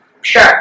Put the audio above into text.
Sure